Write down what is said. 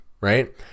right